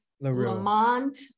Lamont